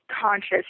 conscious